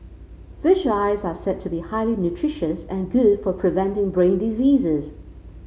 fish eyes are said to be highly nutritious and good for preventing brain diseases